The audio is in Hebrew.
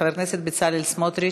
חבר הכנסת בצלאל סמוטריץ.